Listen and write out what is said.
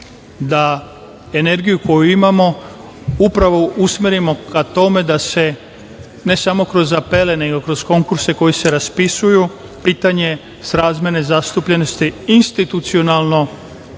da energiju koju imamo upravo usmerimo ka tome da se ne samo kroz apele, nego kroz konkurse koji se raspisuju, pitanje srazmerne zastupljenosti institucionalno